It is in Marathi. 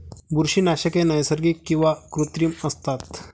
बुरशीनाशके नैसर्गिक किंवा कृत्रिम असतात